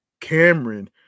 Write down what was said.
Cameron